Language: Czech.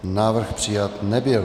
Návrh přijat nebyl.